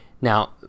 now